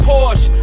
Porsche